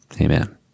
amen